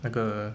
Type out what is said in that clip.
那个